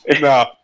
no